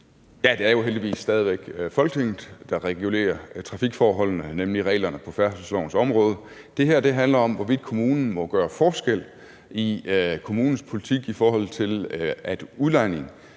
Det er jo heldigvis stadig væk Folketinget, der regulerer trafikforholdene, nemlig reglerne på færdselslovens område. Det her handler om, hvorvidt kommunerne må gøre forskel i deres politik, i forhold til at udlejning